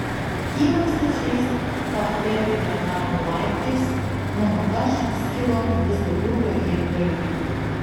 kylant stačiais fachverkinio namo laiptais mano aš skilo į vis daugiau pavienių dalių